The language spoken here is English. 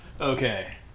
Okay